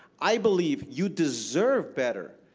i believe you deserve better.